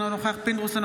אינו נוכח יצחק פינדרוס,